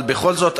אבל בכל זאת,